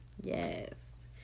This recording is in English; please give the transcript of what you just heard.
Yes